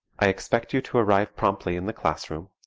i expect you to arrive promptly in the classroom,